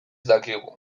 dakigu